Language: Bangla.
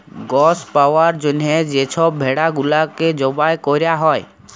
গস পাউয়ার জ্যনহে যে ছব ভেড়া গুলাকে জবাই ক্যরা হ্যয়